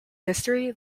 history